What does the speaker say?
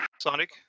Sonic